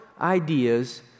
ideas